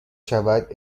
شود